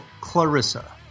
Clarissa